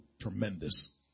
tremendous